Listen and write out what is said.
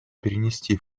перенести